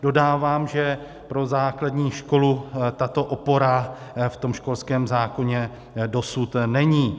Dodávám, že pro základní školu tato opora ve školském zákoně dosud není.